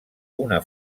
una